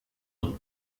und